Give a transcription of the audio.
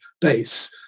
base